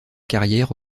carrière